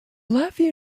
latvian